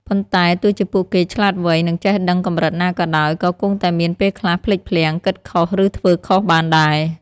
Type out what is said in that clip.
ប៉ុន្តែទោះជាពួកគេឆ្លាតវៃ និងចេះដឹងកម្រិតណាក៏ដោយ ក៏គង់តែមានពេលខ្លះភ្លេចភ្លាំង គិតខុស ឬធ្វើខុសបានដែរ។